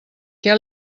què